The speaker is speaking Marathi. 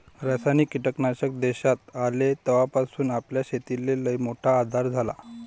रासायनिक कीटकनाशक देशात आले तवापासून आपल्या शेतीले लईमोठा आधार झाला